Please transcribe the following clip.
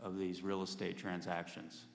of these real estate transactions